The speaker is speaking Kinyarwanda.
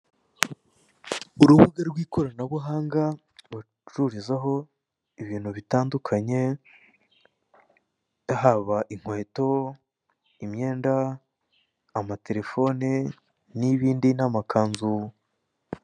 Urubuga rw'ikoranabuhanga bacururizaho ibintu bitandukanye haba inkweto, imyenda, amaterefone n'ibindi n'amakanzu.